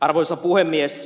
arvoisa puhemies